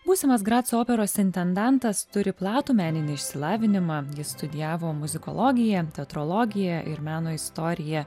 būsimas graco operos intendantas turi platų meninį išsilavinimą jis studijavo muzikologiją teatrologiją ir meno istoriją